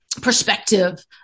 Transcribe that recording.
perspective